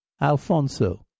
Alfonso